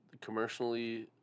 commercially